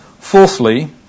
Fourthly